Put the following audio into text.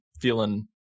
feeling